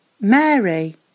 Mary